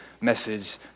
message